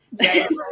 Yes